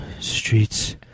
streets